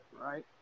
Right